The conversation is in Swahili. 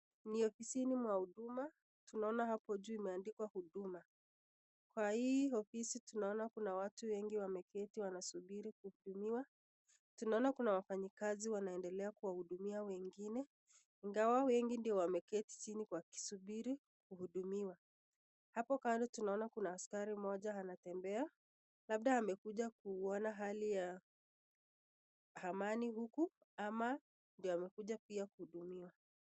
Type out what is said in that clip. Ni ofisini mwa huduma, tunaona hapo juu imeandikwa huduma, kwa hii ofisi tunaona watu wengi wameketi wanasubiri kuhudumiwa, tunaona kuna wafanyi kazi wanaendelea kuwahudumia wengine ingawa wengi ndio wameketi jini wakisubiri kuhudumiwa. Hapo kando tunaona kuna askari mmoja anatembea labda amekuja kuona hali ya amani huku ama amekuja pia kuhudumiwa.